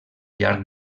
llarg